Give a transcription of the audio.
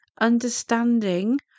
understanding